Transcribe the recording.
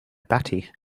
batty